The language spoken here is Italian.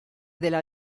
della